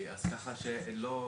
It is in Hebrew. אז ככה שלא,